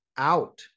out